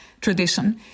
tradition